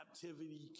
captivity